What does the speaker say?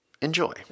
Enjoy